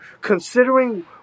considering